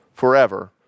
forever